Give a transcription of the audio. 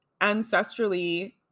ancestrally